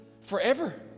forever